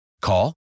Call